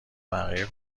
بقیه